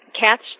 cats